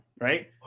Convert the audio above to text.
right